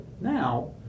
now